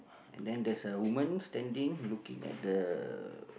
and then there's a woman standing looking at the